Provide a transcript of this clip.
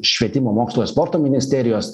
švietimo mokslo ir sporto ministerijos